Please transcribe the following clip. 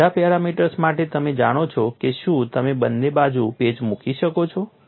અને બધા પેરામીટર્સ માટે તમે જાણો છો કે શું તમે બંને બાજુ પેચ મૂકી શકો છો